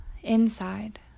Inside